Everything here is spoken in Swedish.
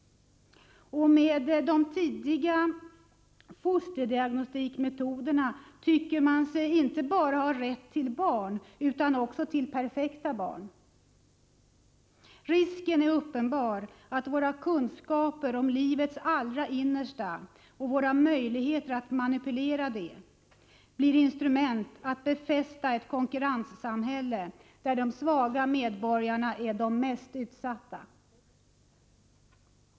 Med de tidiga fosterdiagnostikmetoder som finns i dag tycker man sig ha rätt inte bara till barn utan också till perfekta barn. Risken är uppenbar att våra kunskaper om livets allra innersta och våra möjligheter att manipulera detta blir ett instrument när det gäller att befästa ett konkurrenssamhälle där de svaga medborgarna är de mest utsatta.